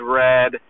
red